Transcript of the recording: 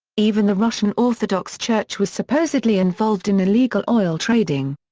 even the russian orthodox church was supposedly involved in illegal oil trading.